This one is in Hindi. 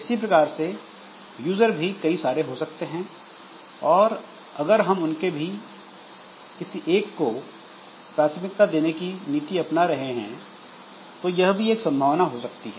इसी प्रकार से यूज़र भी कई सारे हो सकते हैं और अगर हम उनके बीच किसी एक को प्राथमिकता देने की नीति अपना रहे हैं तो यह भी एक संभावना हो सकती है